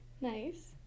Nice